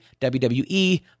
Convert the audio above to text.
WWE